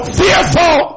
fearful